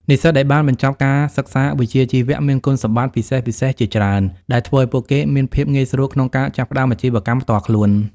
និស្សិតដែលបានបញ្ចប់ការសិក្សាវិជ្ជាជីវៈមានគុណសម្បត្តិពិសេសៗជាច្រើន ដែលធ្វើឱ្យពួកគេមានភាពងាយស្រួលក្នុងការចាប់ផ្តើមអាជីវកម្មផ្ទាល់ខ្លួន។